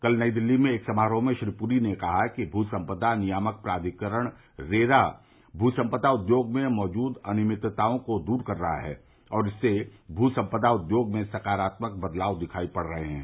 कल नई दिल्ली में एक समारोह में श्री पुरी ने कहा कि भूसंपदा नियामक प्राधिकरण रेरा भूसंपदा उर्द्योग में मौजूद अनियभितताओं को दूर कर रहा है और इससे भू संपदा उद्योग में सकारात्मक बदलाव दिखाई पड़ रहे हैं